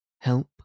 help